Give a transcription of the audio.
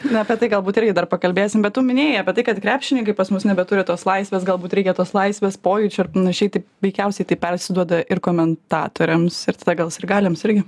na apie tai galbūt irgi dar pakalbėsim bet tu minėjai apie tai kad krepšininkai pas mus nebeturi tos laisvės galbūt reikia tos laisvės pojūčio ir panašiai tai veikiausiai tai persiduoda ir komentatoriams ir tada gal sirgaliams irgi